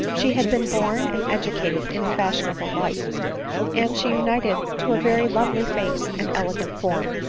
she had been born and educated in fashionable life and she united to a very lovely face and elegant form,